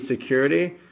security